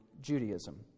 Judaism